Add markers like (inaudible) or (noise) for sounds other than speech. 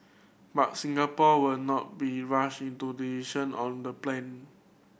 but Singapore will not be rushed into (unintelligible) decision on the plane